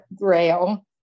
Grail